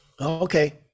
Okay